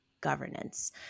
governance